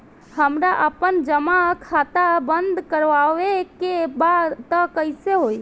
हमरा आपन जमा खाता बंद करवावे के बा त कैसे होई?